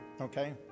okay